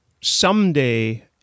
someday